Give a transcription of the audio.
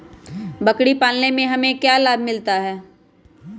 बकरी पालने से हमें क्या लाभ मिलता है?